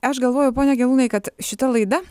aš galvoju pone gelūnai kad šita laida